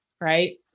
right